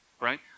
right